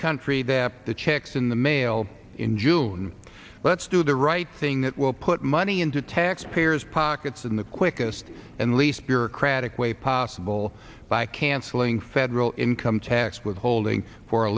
country that the checks in the mail in june let's do the right thing that will put money into taxpayers pockets in the quickest and least bureaucratic way possible by canceling federal income tax withholding for a